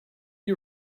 you